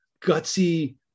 gutsy